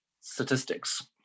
statistics